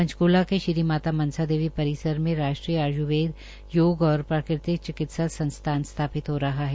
पंचकूला के श्री माता मनसा देवी परिसर में राष्ट्रीय आय्र्वेद योग और प्राकृतिक चिकित्सा संस्थान स्थापित हो रहा है